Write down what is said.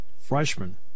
freshman